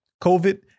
COVID